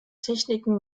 techniken